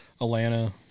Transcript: Atlanta